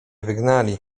wygnali